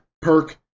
perk